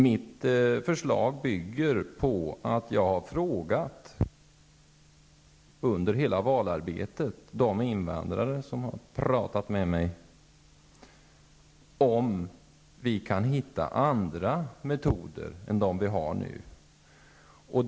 Mitt förslag bygger på kontakter under hela valarbetet med invandrare, som talat med mig och undrat om man kan hitta andra metoder än de nuvarande.